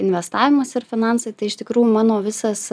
investavimas ir finansai tai iš tikrųjų mano visas